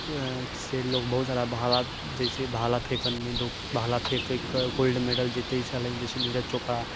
से लोग बहुत सारा भाला जैसे भाला फेकनमे लोग भाला फेकैके गोल्ड मैडल जीतै छलै जैसे नीरज चौपड़ा